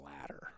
ladder